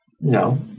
no